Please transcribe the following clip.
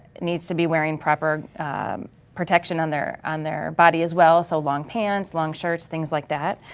needs to be wearing proper protection on their on their body as well, so long pants, long shirts, things like that.